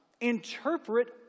interpret